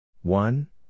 one